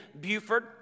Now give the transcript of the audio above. Buford